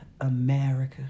America